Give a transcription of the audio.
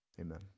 Amen